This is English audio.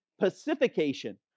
pacification